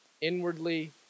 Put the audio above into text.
inwardly